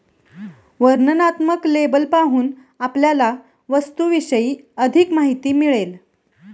वर्णनात्मक लेबल पाहून आपल्याला वस्तूविषयी अधिक माहिती मिळेल